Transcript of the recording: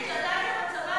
מחבל.